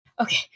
Okay